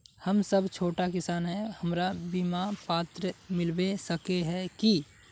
हम सब छोटो किसान है हमरा बिमा पात्र मिलबे सके है की?